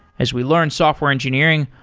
as we learn software engineering,